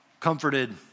Comforted